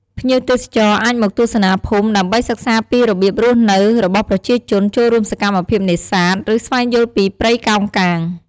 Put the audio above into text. ភ្ញៀវទេសចរអាចមកទស្សនាភូមិ ដើម្បីសិក្សាពីរបៀបរស់នៅរបស់ប្រជាជន ចូលរួមសកម្មភាពនេសាទ ឬស្វែងយល់ពីព្រៃកោងកាង។